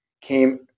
came